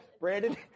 Brandon